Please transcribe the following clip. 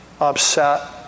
upset